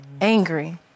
angry